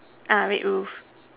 ah red roof